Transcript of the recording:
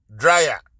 dryer